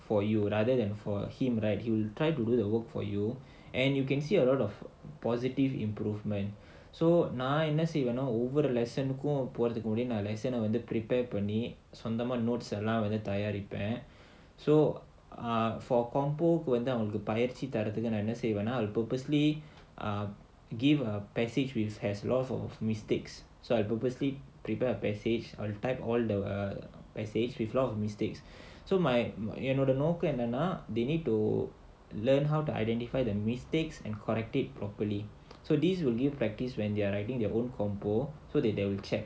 for you rather than for him right he will try to do the work for you and you can see a lot of positive improvement so நான் என்ன செய்வேனா:naan enna seivaenaa I will purposely ah give a passage with has lots of mistakes so I'll purposely prepare a passage or type all the passage with lot of mistakes so my என்னோட நோக்கம் என்னனா:ennoda nokkam ennanaa they need to learn how to identify the mistakes and correct it properly so this will give practice when they're writing their own composition so that they will check